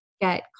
get